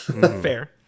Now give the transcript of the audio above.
Fair